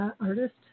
Artist